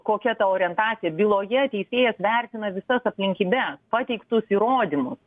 kokia ta orientacija byloje teisėjas vertina visas aplinkybes pateiktus įrodymus